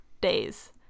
days